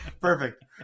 perfect